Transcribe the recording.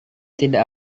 tidak